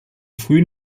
früh